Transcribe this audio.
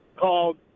called